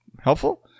helpful